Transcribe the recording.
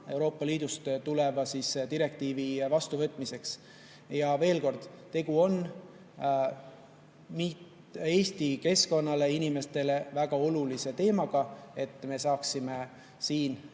Euroopa Liidust tuleva direktiivi vastuvõtmiseks. Ja veel kord: tegu on Eesti keskkonnale, inimestele väga olulise teemaga, et me kasutaksime siin